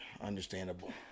Understandable